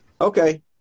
Okay